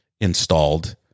installed